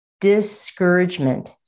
discouragement